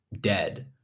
dead